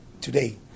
today